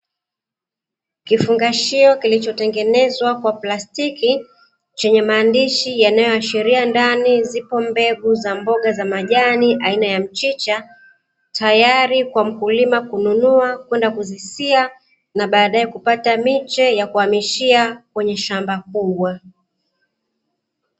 Kifungashio kilichotengenezwa kwa plastiki, chenye maandishi yanayoashiria ndani zipo mbegu za mboga za majani aina ya mchicha, tayari kwa mkulima kununua kwenda kuzisia na baadaye kupata miche ya kuhamishia kwenye shamba kubwa.